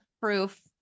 proof